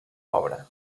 obra